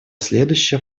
следующее